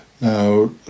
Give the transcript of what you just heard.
Now